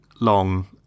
long